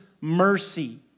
mercy